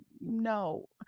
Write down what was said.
No